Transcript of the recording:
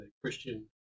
Christian